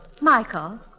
Michael